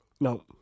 No